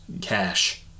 cash